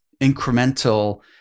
incremental